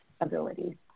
ability